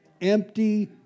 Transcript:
Empty